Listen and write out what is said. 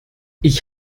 ich